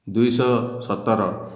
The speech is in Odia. ଦୁଇଶହ ସତର